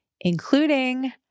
including